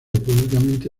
públicamente